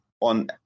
on